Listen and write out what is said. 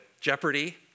Jeopardy